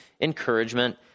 encouragement